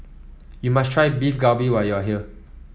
you must try Beef Galbi when you are here